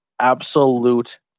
absolute